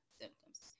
symptoms